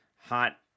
hot